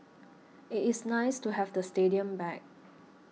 it is nice to have the stadium back